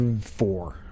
four